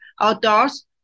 outdoors